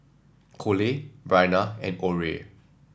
Kole Bryana and Orie